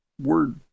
word